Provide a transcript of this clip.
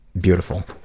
beautiful